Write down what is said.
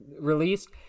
released